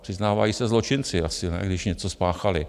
Přiznávají se zločinci asi, ne? když něco spáchali.